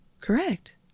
Correct